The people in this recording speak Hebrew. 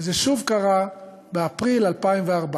וזה שוב קרה באפריל 2014: